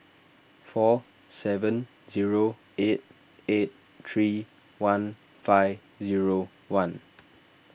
four seven zero eight eight three one five zero one